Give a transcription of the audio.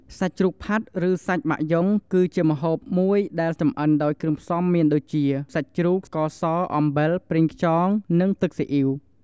សាច់ជ្រូកផាត់ ឬសាច់បាក់យ៉ុង គឺជាម្ហូបមួយដែលចំអិនដោយគ្រឿងផ្សំមានដូចជា សាច់ជ្រូក ស្ករស អំបិល ប្រេងខ្យង និងទឹកស៊ីអ៊ីវ ។